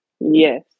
Yes